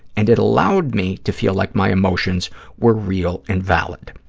and it allowed me to feel like my emotions were real and valid.